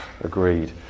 Agreed